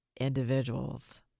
individuals